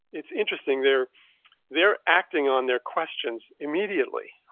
it's interesting, they're they're acting on their questions immediately.